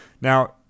Now